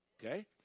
Okay